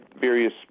various